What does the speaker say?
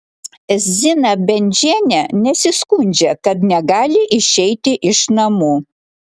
zina bendžienė nesiskundžia kad negali išeiti iš namų